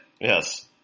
Yes